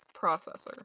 processor